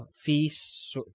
fees